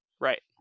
Right